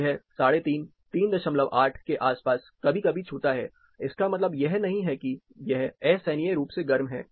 यह 35 38 के आसपास कभी कभी छूता है इसका मतलब यह नहीं है कि यह असहनीय रूप से गर्म है